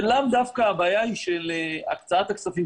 זה לאו דווקא הבעיה של הקצאת הכספים,